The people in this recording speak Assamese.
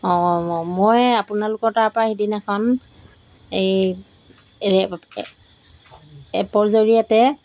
অঁ মই আপোনালোকৰ তাৰপৰা সেইদিনাখন এই এপৰ জৰিয়তে